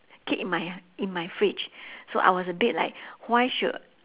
keep in my in my fridge so I was a bit like why should